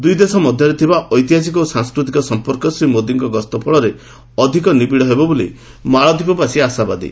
ଦୁଇଦେଶ ମଧ୍ୟରେ ଥିବା ଐତିହାସିକ ଓ ସାଂସ୍କୃତିକ ସମ୍ପର୍କ ଶ୍ରୀ ମୋଦିଙ୍କ ଗସ୍ତ ଫଳରେ ଅଧିକ ନିବିଡ ହେବ ବୋଲି ମାଳଦ୍ୱୀପ ବାସୀ ଆଶାବାଦୀ